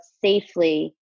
safely